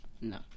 no